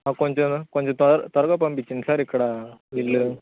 కొంచెం కొంచెం త్వ త్వరగా పంపించండి సార్ ఇక్కడ వీళ్ళు